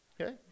Okay